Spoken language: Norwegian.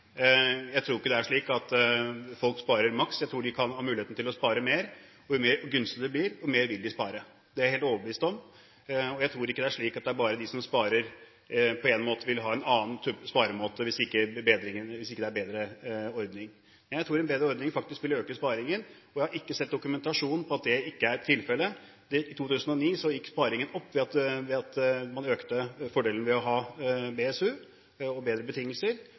Jeg tror flere vil spare mer, jo mer gunstig reglene er. Jeg tror ikke det er slik at folk sparer maks, jeg tror de kan ha muligheten til å spare mer. Jo gunstigere det blir, jo mer vil de spare. Det er jeg helt overbevist om, og jeg tror ikke det er slik at det er bare de som sparer, som vil ha en annen sparemåte hvis ikke det er en bedre ordning. Men jeg tror en bedre ordning faktisk vil øke sparingen, og jeg har ikke sett dokumentasjon på at det ikke er tilfellet. I 2009 gikk sparingen opp ved at man økte fordelen ved å ha BSU – og bedre betingelser.